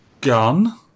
gun